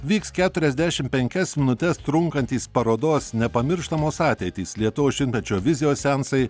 vyks keturiasdešimt penkias minutes trunkantys parodos nepamirštamos ateitys lietuvos šimtmečio vizijos seansai